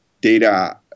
data